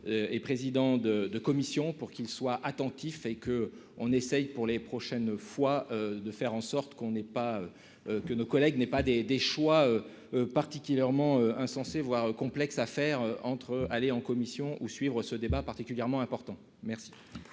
et président de de commissions pour qu'il soit attentif et que on essaye pour les prochaines fois, de faire en sorte qu'on n'ait pas que nos collègues n'est pas des des choix particulièrement insensé, voire complexe affaire entre aller en commission ou suivre ce débat particulièrement important, merci.